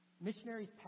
Missionaries